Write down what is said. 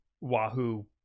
wahoo